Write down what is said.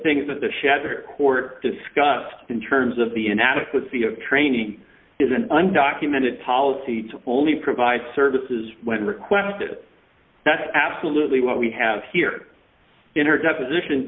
things that she has or court discussed in terms of the inadequacy of training is an undocumented policy to only provide services when requested that's absolutely what we have here in her deposition